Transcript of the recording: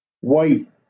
white